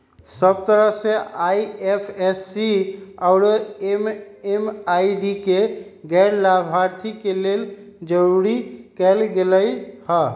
सब तरह से आई.एफ.एस.सी आउरो एम.एम.आई.डी के गैर लाभार्थी के लेल जरूरी कएल गेलई ह